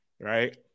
right